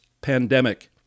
pandemic